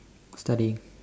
study